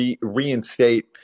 reinstate